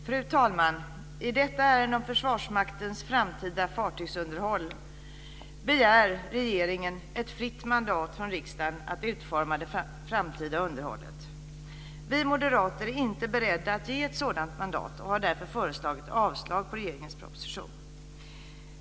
Fru talman! I detta ärende om Försvarsmaktens framtida fartygsunderhåll begär regeringen ett fritt mandat från riksdagen att utforma det framtida underhållet. Vi moderater är inte beredda att ge ett sådant mandat och har därför föreslagit avslag på regeringens proposition.